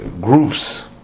groups